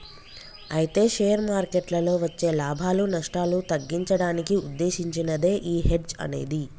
అయితే షేర్ మార్కెట్లలో వచ్చే లాభాలు నష్టాలు తగ్గించడానికి ఉద్దేశించినదే ఈ హెడ్జ్ అనేది